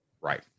Right